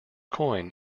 coin